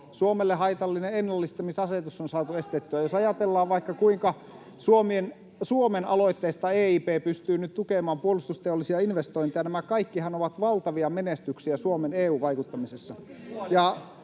Suomelle haitallinen ennallistamisasetus on saatu estettyä, ja jos ajatellaan vaikka, kuinka Suomen aloitteesta EIP pystyy nyt tukemaan puolustusteollisia investointeja, niin nämä kaikkihan ovat valtavia menestyksiä Suomen EU-vaikuttamisessa.